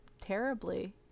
terribly